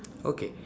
okay